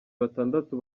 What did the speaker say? batandatu